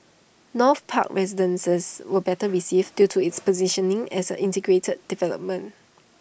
north park residences were better received due to its positioning as an integrated development